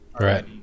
Right